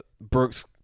Brooks